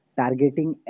targeting